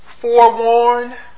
Forewarned